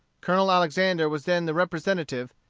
colonel alexander was then the representative,